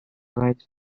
writes